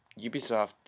Ubisoft